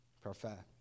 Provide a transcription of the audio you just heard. Perfect